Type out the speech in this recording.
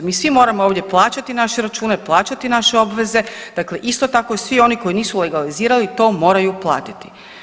Mi svi moramo ovdje plaćati naše račune, plaćati naše obveze, dakle isto tako, svi oni koji nisu legalizirali, to moraju platiti.